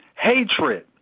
hatred